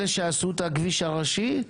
אלה שעשו את הכביש הראשי,